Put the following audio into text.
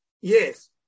Yes